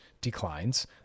declines